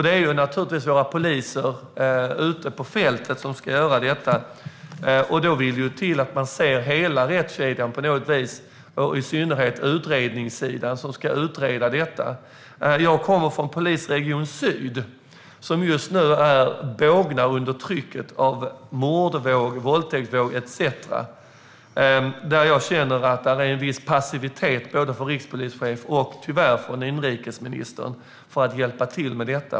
Det är naturligtvis våra poliser ute på fältet som ska göra detta. Då vill det till att man ser hela rättskedjan på något sätt, och i synnerhet de som ska utreda detta. Jag kommer från Polisregion Syd, som just nu bågnar under trycket av en mordvåg, en våldtäktsvåg etcetera. Jag känner att det finns en viss passivitet både från rikspolischefen och tyvärr från inrikesministern när det gäller att hjälpa till med detta.